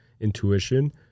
intuition